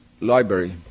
library